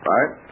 Right